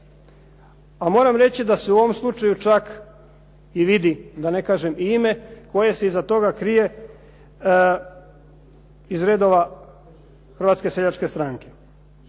a moram reći da se u ovom slučaju čak i vidi da ne kažem i ime koje se iza toga krije iz redova Hrvatske seljačke stranke.